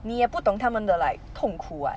你也不懂他们的 like 痛苦 [what]